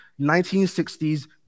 1960s